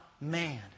man